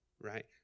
right